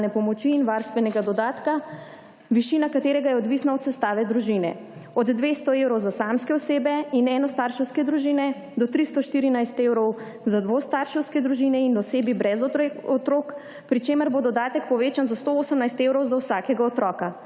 in varstvenega dodatka, višina katerega je odvisna od sestave družine (od 200 evrov za samske osebe in enostarševske družine do 314 evrov za dvostarševske družine in osebe brez otrok, pri čemer bo dodatek povečan za 118 evrov za vsakega otroka).